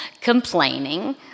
complaining